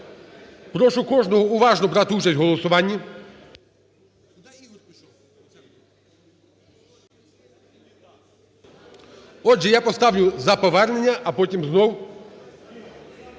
Прошу кожного уважно брати участь в голосуванні. Отже, я поставлю за повернення, а потім знову